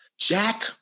Jack